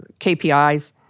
KPIs